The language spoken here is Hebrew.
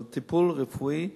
אבל טיפול רפואי,